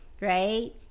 right